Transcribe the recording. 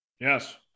Yes